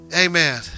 Amen